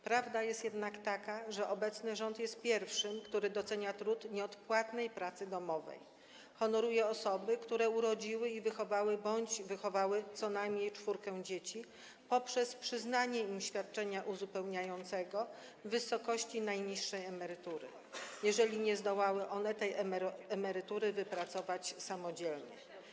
Prawda jest jednak taka, że obecny rząd jest pierwszym, który docenia trud nieodpłatnej pracy domowej, honoruje osoby, które urodziły i wychowały bądź wychowały co najmniej czwórkę dzieci, poprzez przyznanie im świadczenia uzupełniającego w wysokości najniższej emerytury, jeżeli nie zdołały one tej emerytury wypracować samodzielnie.